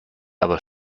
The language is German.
aber